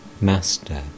Master